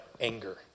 anger